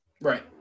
Right